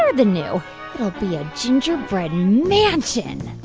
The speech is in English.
ah than new it'll be a gingerbread mansion